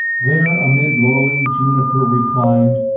there amid lolling juniper reclined,